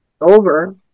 over